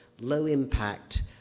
low-impact